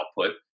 output